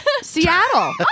Seattle